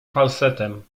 falsetem